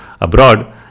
abroad